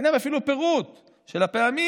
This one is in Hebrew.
אין להם אפילו פירוט של הפעמים,